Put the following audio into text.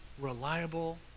reliable